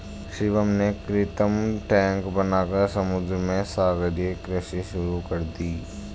शिवम ने कृत्रिम टैंक बनाकर समुद्र में सागरीय कृषि शुरू कर दी